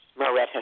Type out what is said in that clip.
Maretta